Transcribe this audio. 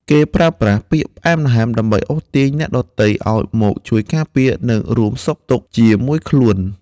គេប្រើប្រាស់ពាក្យផ្អែមល្ហែម ដើម្បីអូសទាញអ្នកដទៃឱ្យមកជួយការពារ និងរួមសុខរួមទុក្ខជាមួយខ្លួន។